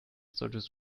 solltest